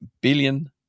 billion